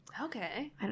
okay